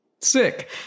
sick